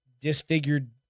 disfigured